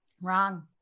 Wrong